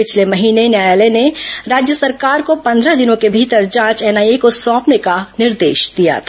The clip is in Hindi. पिछलेँ महीने न्यायालय ने राज्य सरकार को पंद्रह दिनों के भीतर जांच एनआईए को सौंपने का निर्देश दिया था